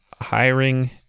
hiring